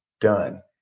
done